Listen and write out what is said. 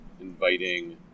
inviting